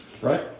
Right